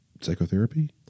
psychotherapy